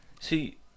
See